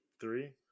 Three